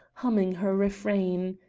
humming her refrain.